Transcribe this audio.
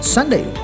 Sunday